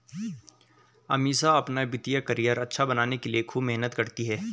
अमीषा अपना वित्तीय करियर अच्छा बनाने के लिए खूब मेहनत करती है